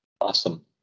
Awesome